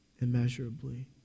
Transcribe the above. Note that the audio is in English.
immeasurably